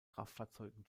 kraftfahrzeugen